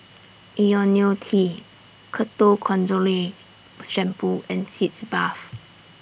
Ionil T Ketoconazole Shampoo and Sitz Bath